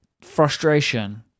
frustration